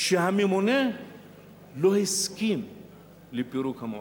שהממונה לא הסכים לפירוק המועצה.